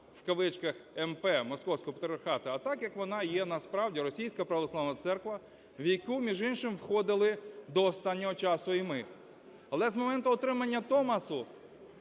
(в кавичках) (МП) Московського Патріархату, а так, як вона є насправді – Російська Православна Церква, в яку, між іншим, входили до останнього часу і ми. Але з моменту отримання Томосу